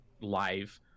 live